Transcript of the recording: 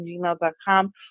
gmail.com